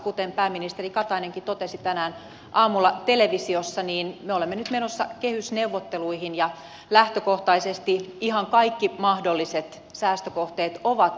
kuten pääministeri katainenkin totesi tänään aamulla televisiossa niin me olemme nyt menossa kehysneuvotteluihin ja lähtökohtaisesti ihan kaikki mahdolliset säästökohteet ovat auki